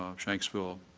um shanksville,